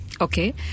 Okay